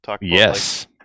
Yes